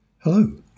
Hello